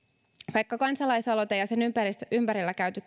vaikka kansalaisaloite ja sen ympärillä käyty